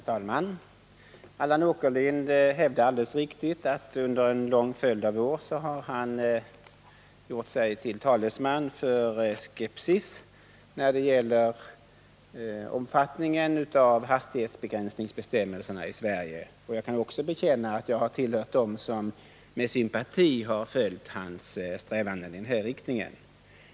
Herr talman! Allan Åkerlind sade alldeles riktigt att han under en lång följd av år har uttalat sin skepsis när det gäller bestämmelserna om hastighetsbegränsning i Sverige. Själv kan jag bekänna att jag har tillhört dem som med sympatier följt hans strävanden.